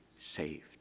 saved